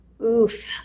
Oof